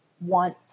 want